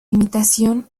imitación